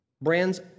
brands